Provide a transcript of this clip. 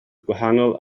gwahanol